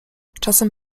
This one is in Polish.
czasem